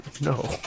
No